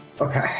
Okay